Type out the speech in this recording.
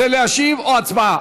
רוצה להשיב או הצבעה?